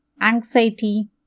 anxiety